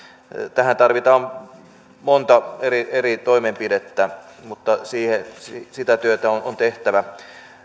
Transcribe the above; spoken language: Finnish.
tähän tarvitaan monta eri eri toimenpidettä mutta sitä työtä on tehtävä